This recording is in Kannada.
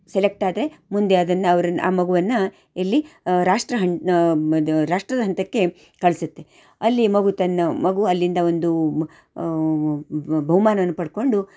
ಸೆಲೆಕ್ಟಾದರೆ ಮುಂದೆ ಅದನ್ನು ಅವ್ರನ್ನು ಆ ಮಗುವನ್ನು ಎಲ್ಲಿ ರಾಷ್ಟ್ರ ಇದು ರಾಷ್ಟ್ರ ಹಂತಕ್ಕೆ ಕಳಿಸುತ್ತೆ ಅಲ್ಲಿ ಮಗು ತನ್ನ ಮಗು ಅಲ್ಲಿಂದ ಒಂದು ಮ ಬಹುಮಾನವನ್ನು ಪಡೆಕೊಂಡು